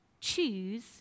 Choose